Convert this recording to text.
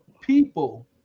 people